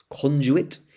conduit